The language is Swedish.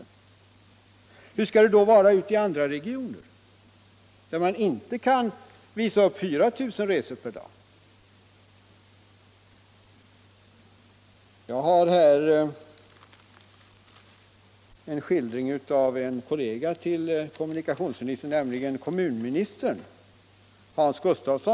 Hur skall det då vara i andra regioner, där man inte kan visa upp 4000 resenärer per dag? Jag har här några tidningsurklipp, som handlar om en kollega till kommunikationsministern, nämligen kommunminister Hans Gustafsson.